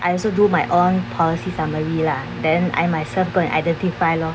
I also do my own policy summary lah then I myself go and identify lor